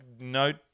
note